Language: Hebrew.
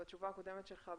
בתשובה הקודמת שלך,